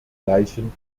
gleichen